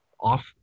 off